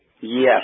Yes